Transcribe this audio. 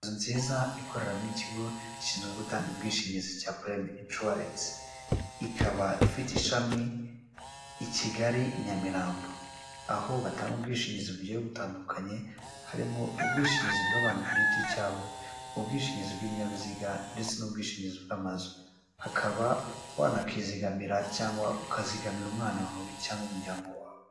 Inzu nziza ikoreramo ikigo ishinzwe gutanga ubwishingizi cya prime insurance , ikaba ifite ishami i Kigali i Nyamirambo, aho batanga ubwishingizi bugiye butandukanye, harimo ubwishingizi bw'abantu ku giti cyabo, ubwishingizi bw'ibinyabiziga ndetse n'ubwishingizi bw'amazu, ukaba wanakizigamira cyangwa ukazigamira umwana wawe, cyangwa umuryango wawe.